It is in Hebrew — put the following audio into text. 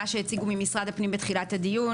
מה שהציגו ממשרד הפנים בתחילת הדיון